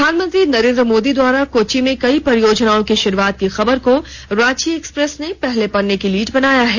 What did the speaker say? प्रधानमंत्री नरेंद्र मोदी द्वारा कोची में कई परियोजनाओं की शुरूआत की खबर को रांची एक्सप्रेस ने पहले पन्ने की लीड बनायी है